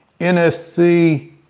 NSC